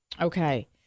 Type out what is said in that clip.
Okay